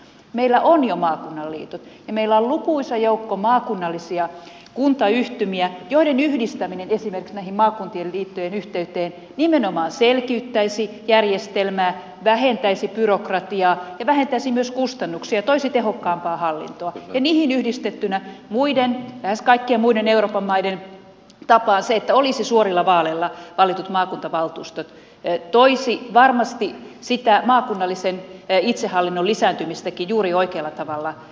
meillä on jo maakunnan liitot ja meillä on lukuisa joukko maakunnallisia kuntayhtymiä joiden yhdistäminen esimerkiksi näihin maakuntien liittojen yhteyteen nimenomaan selkiyttäisi järjestelmää vähentäisi byrokratiaa ja vähentäisi myös kustannuksia toisi tehokkaampaa hallintoa ja niihin yhdistettynä lähes kaikkien muiden euroopan maiden tapaan se että olisi suorilla vaaleilla valitut maakuntavaltuustot toisi varmasti sitä maakunnallisen itsehallinnon lisääntymistäkin juuri oikealla tavalla esiin